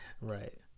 Right